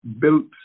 built